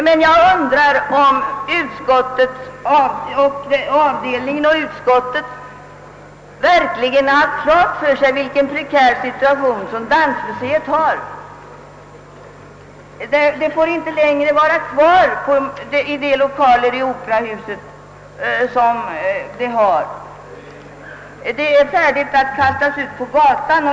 Men jag undrar om avdelningen och utskottet verkligen haft klart för sig vilken prekär situation Dansmuseet befinner sig i. Museet får helt enkelt inte längre vara kvar i de nuvarande lokalerna i Operahuset. Museet kommer att kastas ut på gatan.